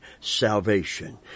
salvation